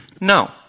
No